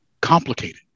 complicated